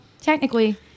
technically